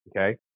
Okay